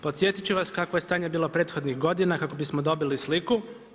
Podsjetit ću vas kakvo je stanje bilo prethodnih godina kako bismo dobili sliku.